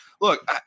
Look